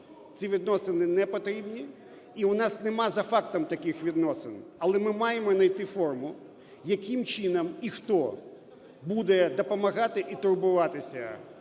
ці відносини непотрібні і у нас нема за фактом таких відносин. Але ми маємо знайти форму, яким чином і хто буде допомагати і турбуватися,